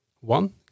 one